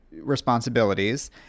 responsibilities